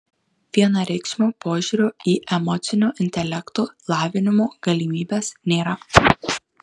vienareikšmio požiūrio į emocinio intelekto lavinimo galimybes nėra